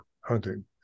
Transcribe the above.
hunting